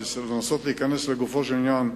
ולנסות להיכנס לגופו של עניין.